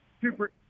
super